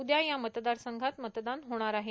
उद्या या मतदारसंघात मतदान होणार आहे